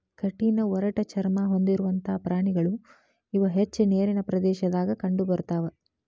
ಕಠಿಣ ಒರಟ ಚರ್ಮಾ ಹೊಂದಿರುವಂತಾ ಪ್ರಾಣಿಗಳು ಇವ ಹೆಚ್ಚ ನೇರಿನ ಪ್ರದೇಶದಾಗ ಕಂಡಬರತಾವ